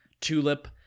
Tulip